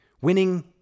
Winning